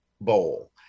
bowl